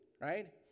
right